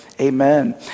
Amen